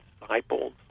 disciples